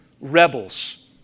rebels